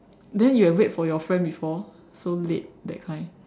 then you have wait for your friend before so late that kind